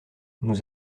nous